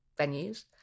venues